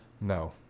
No